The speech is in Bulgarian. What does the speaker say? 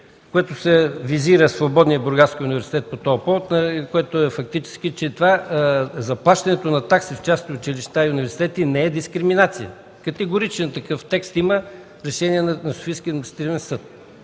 което се визира Свободният бургаски университет по този повод, което фактически е, че заплащането на такси за частни училища и университети не е дискриминация. Категорично такъв текст има с решение на Софийския административен съд.